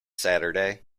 saturday